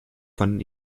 fanden